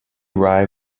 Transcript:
rye